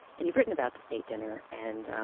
and you've written about the state dinner and